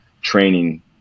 training